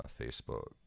Facebook